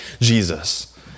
Jesus